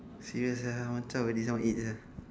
serious ah I want chao already now eight sia